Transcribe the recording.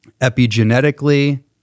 epigenetically